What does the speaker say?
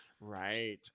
Right